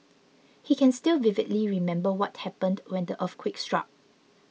he can still vividly remember what happened when the earthquake struck